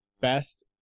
best